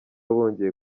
bongeye